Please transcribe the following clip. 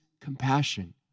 compassion